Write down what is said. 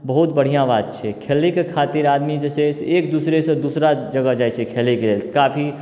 बहुत बढ़िआँ बात छै खेलेके खातिर आदमी जे छै से एक दूसरेसँ दूसरा जगह जाइत छै खेलेके लेल काफी